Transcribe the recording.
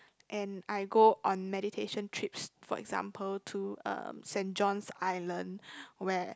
and I go on meditation trips for example to um St-John's-Island where